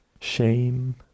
shame